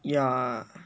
ya